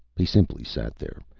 he simply sat there,